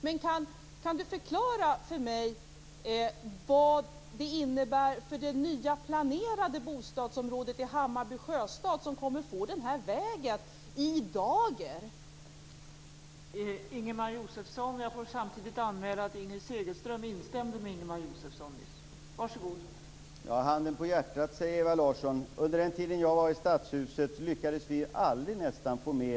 Kan Ingemar Josefsson förklara för mig vad det kommer att innebära för det nya planerade bostadsområdet i Hammarby sjöstad när man får denna väg klar för sig?